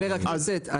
חבר הכנסת,